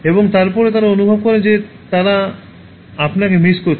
এবং তারপরে তারা অনুভব করেন যে তারা আপনাকে মিস করছে